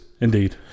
Indeed